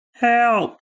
Help